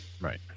right